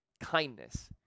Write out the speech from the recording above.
kindness